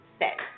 set